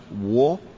war